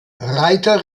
reiter